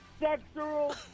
Sexual